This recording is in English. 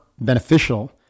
beneficial